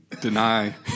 deny